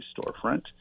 storefront